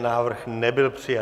Návrh nebyl přijat.